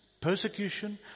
persecution